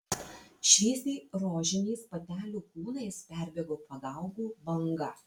šviesiai rožiniais patelių kūnais perbėgo pagaugų banga